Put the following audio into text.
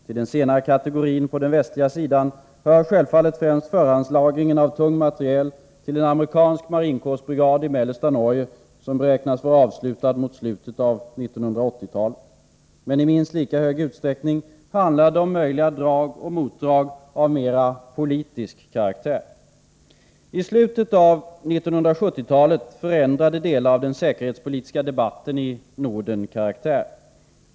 Till den senare kategorin hör — på den västliga sidan — självfallet främst förhandslagringen av tung materiel till en amerikansk marinkårsbrigad i mellersta Norge, som beräknas vara avslutad mot slutet av 1980-talet. Men i minst lika hög utsträckning handlar det om möjliga drag och motdrag av mer politisk karaktär. I slutet av 1970-talet förändrade delar av den säkerhetspolitiska debatten i Norden karaktär.